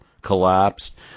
Collapsed